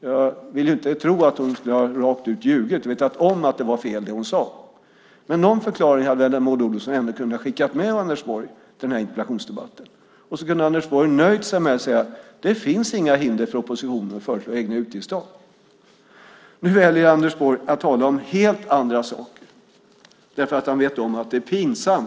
Jag vill inte tro att hon rakt ut skulle ha ljugit och vetat att det hon sade var fel. Någon förklaring hade hon väl ändå kunnat skicka med Anders Borg till interpellationsdebatten, och så kunde Anders Borg ha nöjt sig med att säga: Det finns inga hinder för oppositionen att föreslå egna utgiftstak. Nu väljer Anders Borg att tala om helt andra saker, för han vet om att det är pinsamt.